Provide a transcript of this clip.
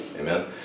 Amen